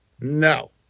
No